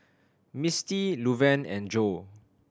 Misti Luverne and Joe